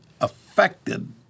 affected